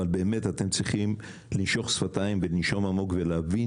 אבל אתם באמת צריכים לנשוך שפתיים ולנשום עמוק ולהבין,